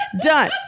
done